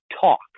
talk